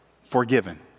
forgiven